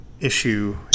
issue